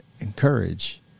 encourage